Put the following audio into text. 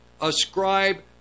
Ascribe